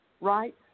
right